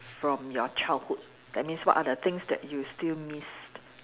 from your childhood that means what are the things that you still miss